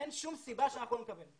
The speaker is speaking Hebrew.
אין שום סיבה שאנחנו לא נקבל.